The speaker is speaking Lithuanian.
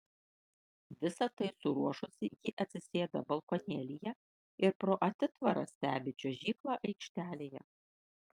visa tai suruošusi ji atsisėda balkonėlyje ir pro atitvarą stebi čiuožyklą aikštelėje